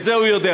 את זה הוא יודע.